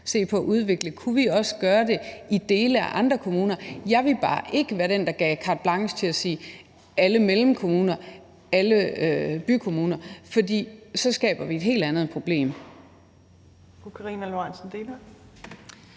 se på, om vi også kunne gøre det i dele af andre kommuner. Jeg vil bare ikke være den, der giver carte blanche til at sige alle mellemkommuner og alle bykommuner, for så skaber vi et helt andet problem.